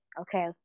okay